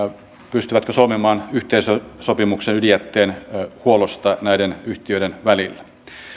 pystyvätkö solmimaan yhteisen sopimuksen ydinjätteen huollosta näiden yhtiöiden välillä